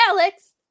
alex